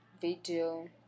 video